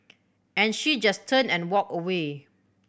and she just turned and walked away